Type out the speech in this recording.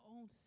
own